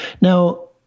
Now